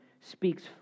speaks